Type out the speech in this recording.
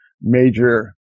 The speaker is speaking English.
major